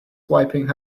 wiping